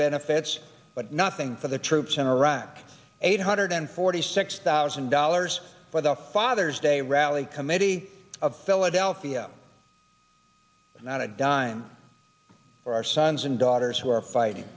benefits but nothing for the troops in iraq eight hundred forty six thousand dollars for the father's day rally committee of philadelphia not a dime for our sons and daughters who are fighting